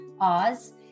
Oz